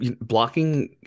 blocking